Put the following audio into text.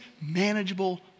manageable